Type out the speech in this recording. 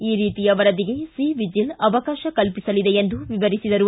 ಈ ರೀತಿಯ ವರದಿಗೆ ಸಿ ವಿಜಿಲ್ ಅವಕಾಶ ಕಲ್ಪಿಸಲಿದೆ ಎಂದು ವಿವರಿಸಿದರು